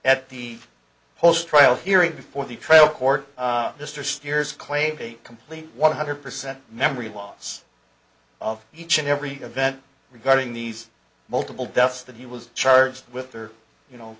at the post trial hearing before the trial court mr steers claim a complete one hundred percent memory loss of each and every event regarding these multiple deaths that he was charged with or you know